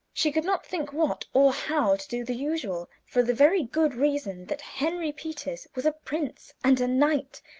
she could not think what, or how, to do the usual for the very good reason that henry peters was a prince, and a knight,